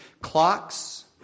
Clocks